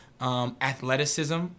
Athleticism